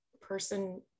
person